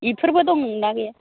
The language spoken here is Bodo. बिफोरबो दं ना गैया